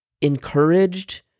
encouraged